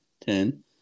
ten